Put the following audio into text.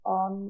on